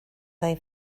they